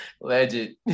Legend